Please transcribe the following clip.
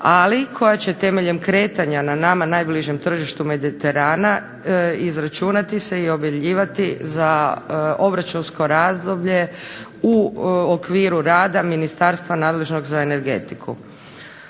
ali koja će temelj kretanja na nama najbližem tržištu Mediterana izračunati se i objavljivati za obračunsko razdoblje u okviru rada Ministarstva nadležnog za energetiku.